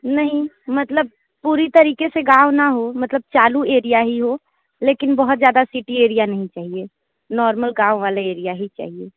नहीं मतलब पूरी तरीक़े से गाँव ना हो मतलब चालू एरिया ही हो लेकिन बहुत ज़्यादा सिटी एरिया नहीं चाहिए नाॅर्मल गाँव वाले एरिया ही चाहिए